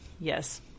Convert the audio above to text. Yes